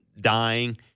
dying